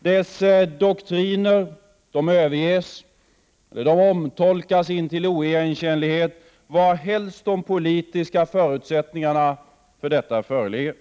Dess doktriner överges eller omtolkas intill oigenkännlighet varhelst de politiska förutsättningarna för detta föreligger.